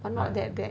but not that bad